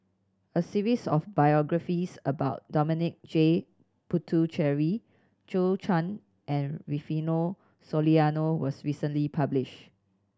a series of biographies about Dominic J Puthucheary Zhou Chan and Rufino Soliano was recently published